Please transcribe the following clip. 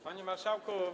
Panie Marszałku!